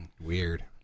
Weird